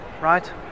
right